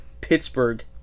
Pittsburgh